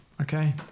Okay